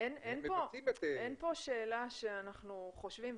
אין כאן שאלה שאנחנו חושבים,